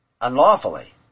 unlawfully